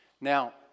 Now